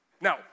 Now